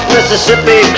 Mississippi